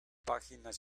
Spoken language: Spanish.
páginas